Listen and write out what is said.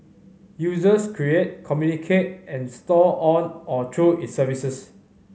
users create communicate and store on or through its services